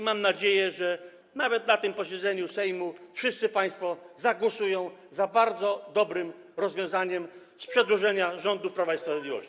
Mam nadzieję, że nawet na tym posiedzeniu Sejmu wszyscy państwo zagłosują za tym bardzo dobrym rozwiązaniem z przedłożenia rządu Prawa i Sprawiedliwości.